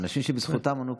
האנשים שבזכותם אנחנו פה.